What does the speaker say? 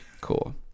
Cool